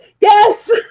yes